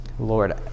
Lord